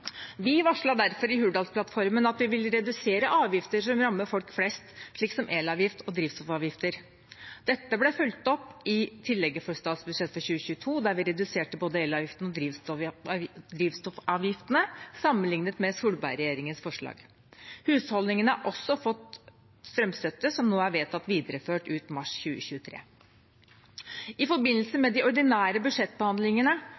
Vi varslet derfor i Hurdalsplattformen at vi vil redusere avgifter som rammer folk flest, slik som elavgift og drivstoffavgifter. Dette ble fulgt opp i tillegget for statsbudsjettet for 2022, der vi reduserte både elavgiften og drivstoffavgiftene sammenlignet med Solberg-regjeringens forslag. Husholdningene har også fått strømstøtte, som nå er vedtatt videreført ut mars 2023. I forbindelse